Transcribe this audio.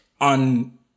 on